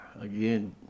again